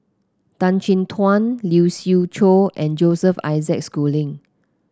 Tan Chin Tuan Lee Siew Choh and Joseph Isaac Schooling